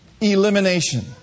Elimination